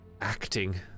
acting